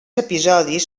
episodis